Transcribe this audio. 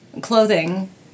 clothing